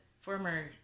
former